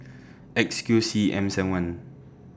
X Q C M seven one